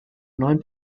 neun